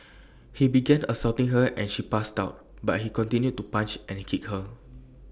he began assaulting her and she passed out but he continued to punch and kick her